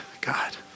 God